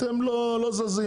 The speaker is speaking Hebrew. אתם לא זזים.